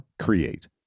Create